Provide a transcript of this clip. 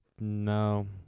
No